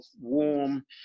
warm